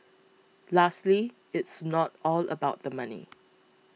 lastly it's not all about the money